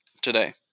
today